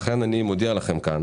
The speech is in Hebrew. לכן אני מודיע לכם כאן